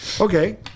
Okay